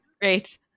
Great